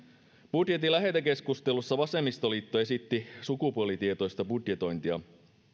budjetin lähetekeskustelussa vasemmistoliitto esitti sukupuolitietoista budjetointia